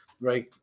Right